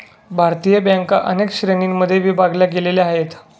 भारतीय बँका अनेक श्रेणींमध्ये विभागल्या गेलेल्या आहेत